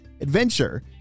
adventure